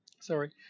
Sorry